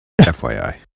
fyi